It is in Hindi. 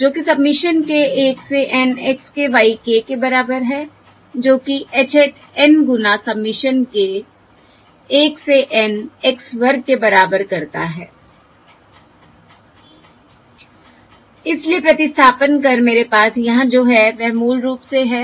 जो कि सबमिशन k 1 से N x k y k के बराबर है जो कि h hat N गुना सबमिशन k 1 से N x वर्ग के बराबर करता है इसलिए प्रतिस्थापन कर मेरे पास यहाँ जो है वह मूल रूप से है